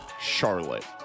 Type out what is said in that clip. Charlotte